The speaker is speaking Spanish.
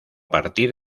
partir